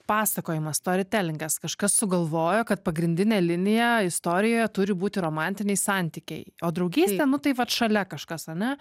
pasakojimas storytelingas kažkas sugalvojo kad pagrindinė linija istorijoje turi būti romantiniai santykiai o draugystė nu tai vat šalia kažkas ane